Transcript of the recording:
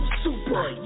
super